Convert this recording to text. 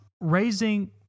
raising